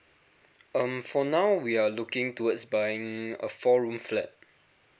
um for now we are looking towards buying a four room flat